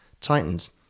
Titans